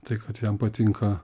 tai kad jam patinka